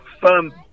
firm